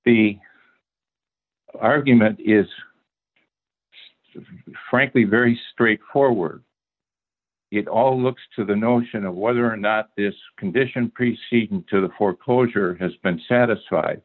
the argument is frankly very straightforward it all looks to the notion of whether or not this condition preceding to the foreclosure has been satisfied